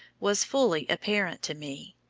was fully apparent to me.